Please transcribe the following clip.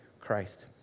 Christ